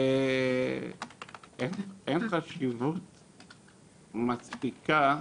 ואין חשיבות מספיקה,